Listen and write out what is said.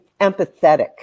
empathetic